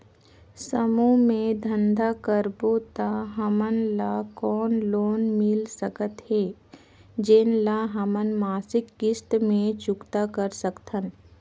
समूह मे धंधा करबो त हमन ल कौन लोन मिल सकत हे, जेन ल हमन मासिक किस्त मे चुकता कर सकथन?